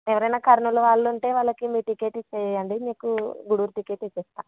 ఎవరైనా కర్నూలు వాళ్ళు ఉంటే వాళ్ళకి మీ టికెట్ ఇవ్వండి మీకు గూడూరు టికెట్ ఇస్తాను